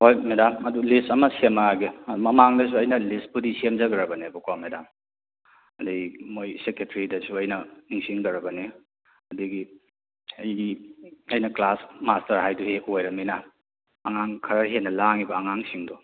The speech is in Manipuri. ꯍꯣꯏ ꯃꯦꯗꯥꯝ ꯑꯗꯨ ꯂꯤꯁ ꯑꯃ ꯁꯦꯝꯃꯛꯑꯒꯦ ꯃꯃꯥꯡꯗꯁꯨ ꯑꯩꯅ ꯂꯤꯁꯄꯨꯗꯤ ꯁꯦꯝꯖꯈ꯭ꯔꯕꯅꯦꯕꯀꯣ ꯃꯦꯗꯥꯝ ꯑꯗꯒꯤ ꯃꯣꯏꯒꯤ ꯁꯦꯀꯦꯇꯔꯤꯗꯁꯨ ꯑꯩꯅ ꯏꯟꯁꯤꯟꯈ꯭ꯔꯕꯅꯤ ꯑꯗꯒꯤ ꯑꯩꯒꯤ ꯑꯩꯅ ꯀ꯭ꯂꯥꯁ ꯃꯥꯁꯇꯔ ꯍꯥꯏꯗꯨ ꯍꯦꯛ ꯑꯣꯏꯔꯕꯅꯤꯅ ꯑꯉꯥꯡ ꯈꯔ ꯍꯦꯟꯅ ꯂꯥꯡꯉꯤꯕ ꯑꯉꯥꯡꯁꯤꯡꯗꯣ